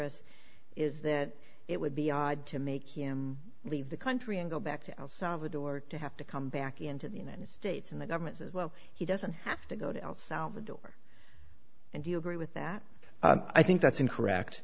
ramirez is that it would be odd to make him leave the country and go back to el salvador to have to come back into the united states and the government says well he doesn't have to go to el salvador and you agree with that i think that's incorrect